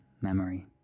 memory